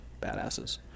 badasses